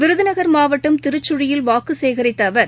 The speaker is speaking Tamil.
விருதநகர் மாவட்டம் திருக்கழியில் வாக்குசேகரித்தஅவர்